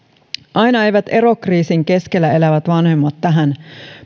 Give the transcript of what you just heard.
aina eivät erokriisin keskellä elävät vanhemmat tähän